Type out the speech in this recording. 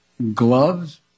gloves